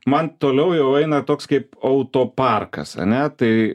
man toliau jau eina toks kaip autoparkas ane tai